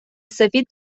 سفید